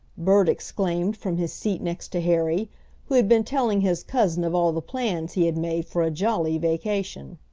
bert exclaimed from his seat next to harry, who had been telling his cousin of all the plans he had made for a jolly vacation.